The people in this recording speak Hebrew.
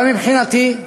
אבל מבחינתי,